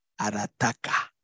Arataka